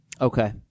Okay